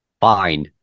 Fine